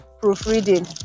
proofreading